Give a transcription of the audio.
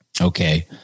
Okay